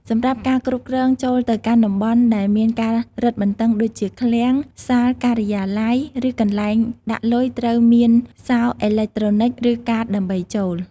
សម្រាប់ការគ្រប់គ្រងចូលទៅកាន់តំបន់ដែលមានការរឹតបន្តឹងដូចជា ឃ្លាំង សាលការិយាល័យ ឬកន្លែងដាក់លុយត្រូវមានសោអេឡិចត្រូនិកឫកាតដើម្បីចូល។